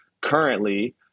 currently